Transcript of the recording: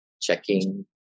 checking